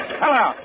Hello